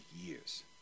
years